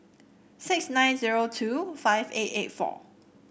six nine zero two five eight eight four